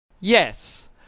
Yes